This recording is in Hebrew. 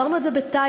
עברנו את זה בתאילנד,